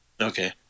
Okay